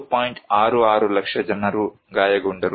66 ಲಕ್ಷ ಜನರು ಗಾಯಗೊಂಡರು